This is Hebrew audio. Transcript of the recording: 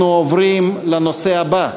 אנחנו עוברים לנושא הבא: